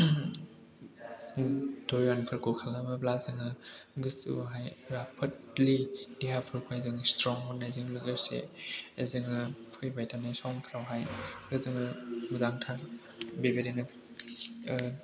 ध्यानफोरखौ खालामोब्ला जोङो गोसोआवहाय राफोदलि देहाफोरखौहाय जों स्ट्रं मोननायजों लोगोसे जोङो फैबाय थानाय समफोरावहाय जोङो मोजांथार बेबायदिनो ओ